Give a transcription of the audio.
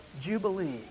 Jubilee